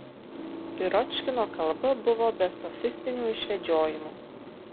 piročkino kalba buvo be sofistinių išvedžiojimų